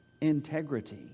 integrity